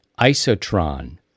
isotron